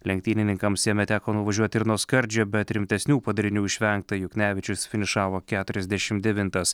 lenktynininkams jame teko nuvažiuoti ir nuo skardžio bet rimtesnių padarinių išvengta juknevičius finišavo keturiasdešim devintas